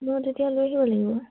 মই তেতিয়া লৈ আহিব লাগিব